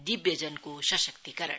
दिव्यजनको सशक्ति करण